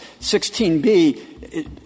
16B